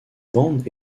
bandes